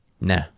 Nah